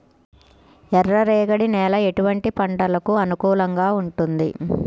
ఎర్ర రేగడి నేల ఎటువంటి పంటలకు అనుకూలంగా ఉంటుంది?